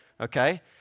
okay